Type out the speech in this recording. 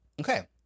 Okay